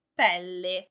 pelle